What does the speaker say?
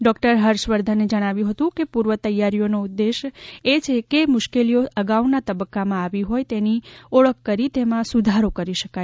doctor હર્ષવર્ધને જણાવ્યું હતું કે પૂર્વ તૈયારીઓનો ઉદ્દેશ્ય એ છે કે જે મ્રશ્કલીઓ અગાઉના તબક્કામાં આવી હોય તેની ઓળખ કરી તેમાં સુધારો કરી શકાય